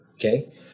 Okay